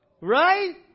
Right